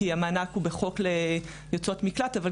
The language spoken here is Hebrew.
כי